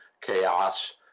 chaos